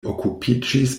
okupiĝis